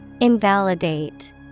Invalidate